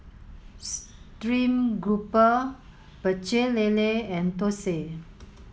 stream grouper Pecel Lele and Thosai